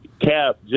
Cap